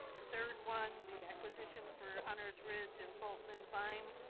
the third one, the acquisition for hunter's ridge and fulton and vine,